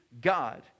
God